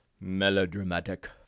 melodramatic